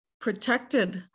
protected